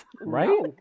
Right